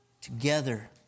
together